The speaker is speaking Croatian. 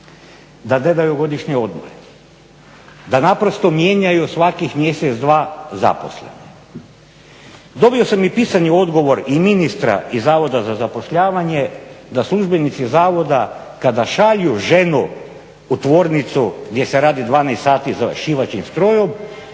da ne daju godišnje odmore, da naprosto mijenjaju svakih mjesec, dva zaposlene. Dobio sam i pisani odgovor i ministra i Zavoda za zapošljavanje da službenici zavoda kada šalju ženu u tvornicu gdje se radi 12 sati za šivaćim strojem,